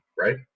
right